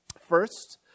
First